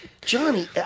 Johnny